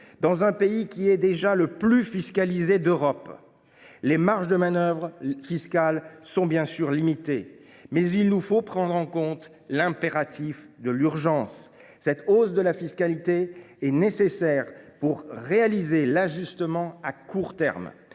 Dans un pays qui est déjà le plus fiscalisé d’Europe, les marges de manœuvre fiscales sont bien sûr limitées. Mais il nous faut prendre en compte l’impératif de l’urgence. Cette hausse de la fiscalité est nécessaire pour réaliser l’ajustement à court terme.